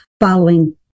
following